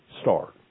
start